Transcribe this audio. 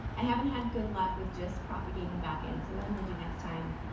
i haven't had good luck with just propagating back in so what i'm gonna do next time,